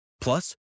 Plus